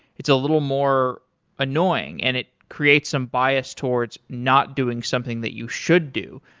it's a little more annoying and it creates some bias towards not doing something that you should do.